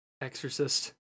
Exorcist